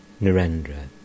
Narendra